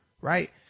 Right